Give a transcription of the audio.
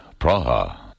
Praha